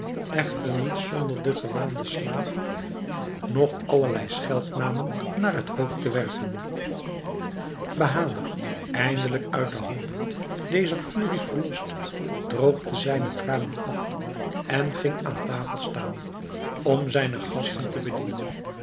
echter niet zonder den gewaanden slaaf nog allerlei scheldnamen naar het hoofd te werpen bahader eindelijk uit de handen dezer furie verlost droogde zijne tranen af en ging aan tafel staan om zijne gasten te bedienen